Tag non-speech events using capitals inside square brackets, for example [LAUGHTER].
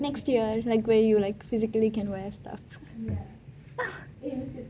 next year is like when you can like physically like wear stuff [LAUGHS]